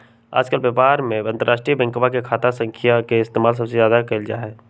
आजकल व्यापार में अंतर्राष्ट्रीय बैंकवा के खाता संख्या के इस्तेमाल सबसे ज्यादा कइल जाहई